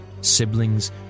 siblings